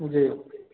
जी